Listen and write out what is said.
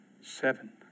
seven